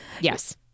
Yes